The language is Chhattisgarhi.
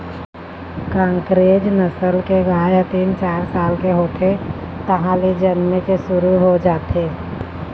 कांकरेज नसल के गाय ह तीन, चार साल के होथे तहाँले जनमे के शुरू हो जाथे